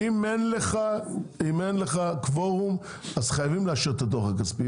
אם אין לך קוורום אז חייבים לאשר את הדוח הכספי,